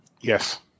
Yes